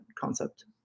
concept